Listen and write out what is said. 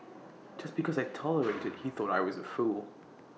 just because I tolerated he thought I was A fool